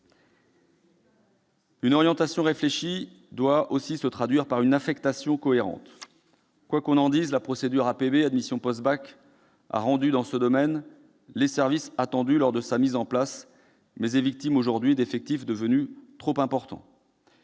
Une orientation réfléchie doit aussi se traduire par une affectation cohérente. Quoi qu'on en dise, la procédure APB, admission post-bac, a rendu dans ce domaine les services attendus lors de sa mise en place. Elle est victime aujourd'hui d'effectifs devenus trop importants.